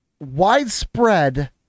widespread